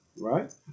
Right